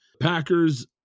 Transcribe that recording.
Packers